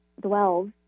dwells